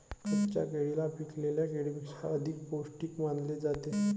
कच्च्या केळीला पिकलेल्या केळीपेक्षा अधिक पोस्टिक मानले जाते